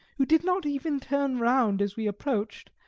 who did not even turn round as we approached,